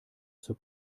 zur